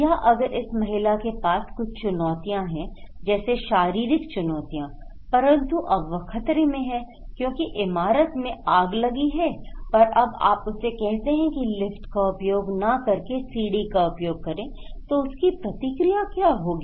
या अगर इस महिला के पास कुछ चुनौतियाँ हैं जैसे शारीरिक चुनौतियाँ परंतु अब वह खतरे में हैं क्योंकि इमारत में आग लगी है पर अब आप उससे कहते हैं कि लिफ्ट का उपयोग ना करके सीढ़ी का उपयोग करें तो उसकी प्रतिक्रिया क्या होगी